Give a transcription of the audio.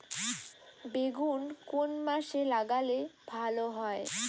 বেগুন কোন মাসে লাগালে ভালো হয়?